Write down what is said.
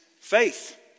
faith